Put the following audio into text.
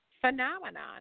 phenomenon